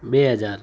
બે હજાર